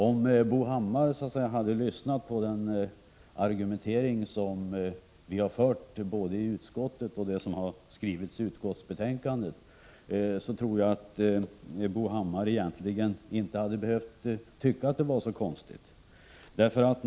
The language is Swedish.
Om Bo Hammar hade lyssnat på den argumentering som vi har fört i utskottet och läst vad som har skrivits i utskottsbetänkandet, så tror jag att Bo Hammar egentligen inte hade behövt tycka att det var så konstigt.